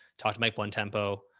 talk to mike, one tempo.